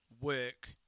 work